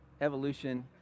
evolution